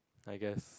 I guess